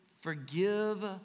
forgive